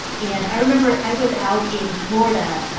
and i remember i was out in florida.